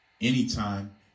anytime